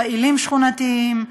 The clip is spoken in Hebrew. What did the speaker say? פעילים שכונתיים,